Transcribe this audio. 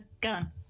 gun